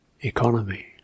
economy